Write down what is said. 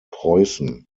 preußen